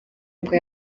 bwo